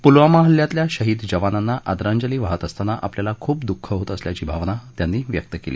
पुलवामा हल्ल्यातल्या शहीद जवानांना आदरांजली वाहत असताना आपल्याला खुप दुःख होत असल्याची भावना त्यांनी व्यक्त केली